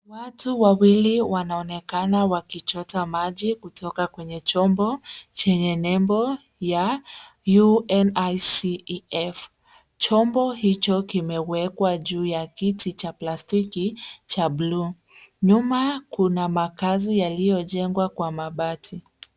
Watu wawili wanaonekana wakichota maji kutoka kwenye chombo chenye nembo ya UNICEF , chombo hicho kimewekwa juu ya kiti cha plastiki cha buluu nyuma kuna makazi yaliyojengwa kwa mabati.